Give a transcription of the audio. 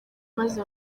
maze